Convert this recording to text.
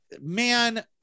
Man